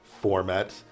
format